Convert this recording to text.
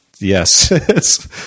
Yes